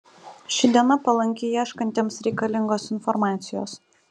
ši diena palanki ieškantiems reikalingos informacijos